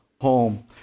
home